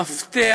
המפתח